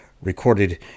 recorded